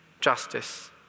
justice